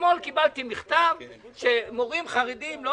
אתמול קיבלתי מכתב שמורים חרדים לא